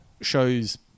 shows